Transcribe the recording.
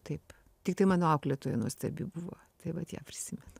taip tiktai mano auklėtoja nuostabi buvo tai vat ją prisimenu